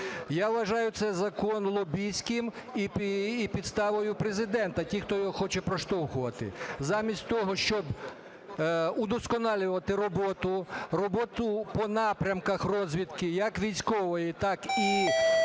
Я вважаю цей закон лобістським і підставою Президента, ті, хто його хоче проштовхувати. Замість того, щоб удосконалювати роботу, роботу по напрямках розвідки, як військової, так і